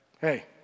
Hey